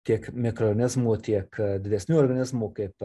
tiek mikronizmų tiek didesnių organizmų kaip